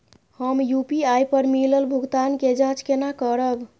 हम यू.पी.आई पर मिलल भुगतान के जाँच केना करब?